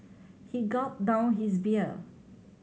he gulped down his beer